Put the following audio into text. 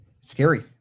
scary